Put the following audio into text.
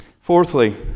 Fourthly